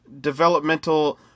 developmental